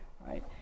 right